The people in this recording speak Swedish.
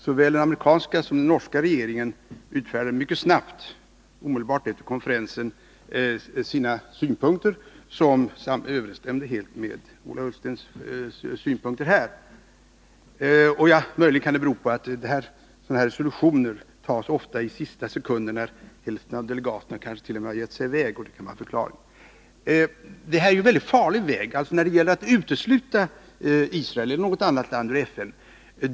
Såväl den amerikanska som den norska regeringen utfärdade mycket snart, omedelbart efter konferensen, sina synpunkter som helt överensstämde med Ola Ullstens synpunkter. Möjligen kan detta bero på att sådana här resolutioner ofta tas i sista sekunden när hälften av delegaterna kansket.o.m. har gett sig i väg — så det kan vara förklaringen. Det är en mycket farlig väg att utesluta Israel eller något annat land ur FN.